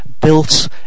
built